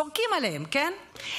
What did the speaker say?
יורקים עליהן, כן.